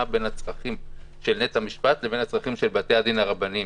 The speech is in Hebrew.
בין הצרכים של נט"ע משפט לבין הצרכים של בתי הדין הרבניים,